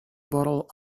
bottle